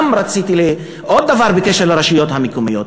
רציתי לומר עוד דבר בקשר לרשויות המקומיות.